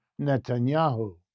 Netanyahu